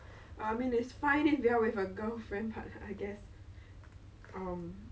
the toilet doors were I feel like they put it the wrong side like